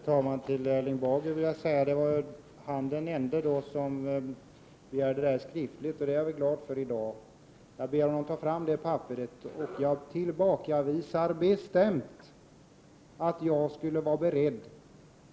Herr talman! Erling Bager var den ende som begärde detta skriftligt, vilket jag i dag är glad över. Jag ber honom ta fram det papperet. Jag tillbakavisar bestämt att jag skulle vara beredd